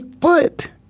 foot